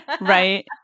Right